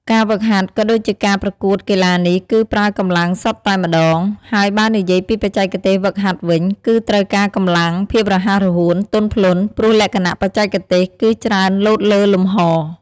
ការហ្វឹកហាត់ ក៏ដូចជាការប្រកួតកីឡានេះគឺប្រើកម្លាំងសុទ្ធតែម្ដង ហើយបើនិយាយពីបច្ចេកទេសហ្វឹកហាត់វិញ គឺត្រូវការកម្លាំង ភាពរហ័សរហួន ទន់ភ្លន់ ព្រោះលក្ខណៈបច្ចេកទេសគឺច្រើនលោតលើលំហ។